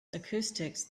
acoustics